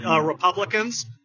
Republicans